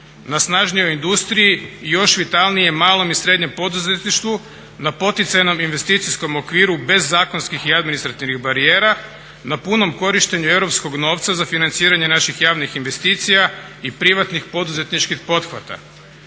na snažnijoj industriji i još vitalnijem malom i srednjem poduzetništvu, na poticajnom investicijskom okviru bez zakonskih i administrativnih barijera, na punom korištenju europskog novca za financiranje naših javnih investicija i privatnih poduzetničkih pothvata.